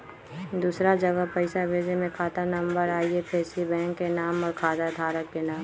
दूसरा जगह पईसा भेजे में खाता नं, आई.एफ.एस.सी, बैंक के नाम, और खाता धारक के नाम?